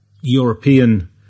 European